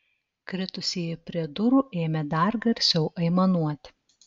kritusieji prie durų ėmė dar garsiau aimanuoti